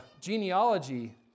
genealogy